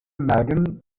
mägen